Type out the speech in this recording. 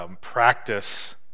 practice